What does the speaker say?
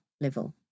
level